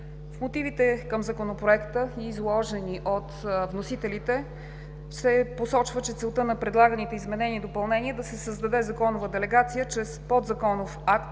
В мотивите към Законопроекта, изложени от вносителите, се посочва, че целта на предлаганите изменения и допълнения е да се създаде законова делегация чрез подзаконов акт